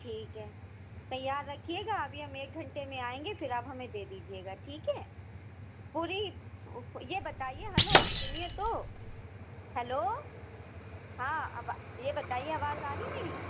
ٹھیک ہے تیار رکھیے گا ابھی ہم ایک گھنٹے میں آئیں گے پھر آپ ہمیں دے دیجیے گا ٹھیک ہے پوری یہ بتائیے ہیلو سنیے تو ہیلو ہاں اب یہ بتائیے آواز آ رہی میری